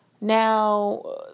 Now